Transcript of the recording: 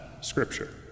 Scripture